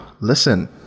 listen